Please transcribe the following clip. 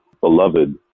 beloved